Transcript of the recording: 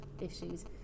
issues